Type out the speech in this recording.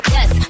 Yes